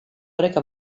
oreka